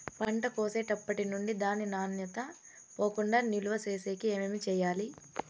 పంట కోసేటప్పటినుండి దాని నాణ్యత పోకుండా నిలువ సేసేకి ఏమేమి చేయాలి?